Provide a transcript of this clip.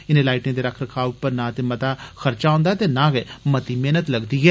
इनें लाइटें दे रख रखाव पर न ते कोई मता खर्चा औंदा ऐ ते नां गै मती मेहनत लगदी ऐ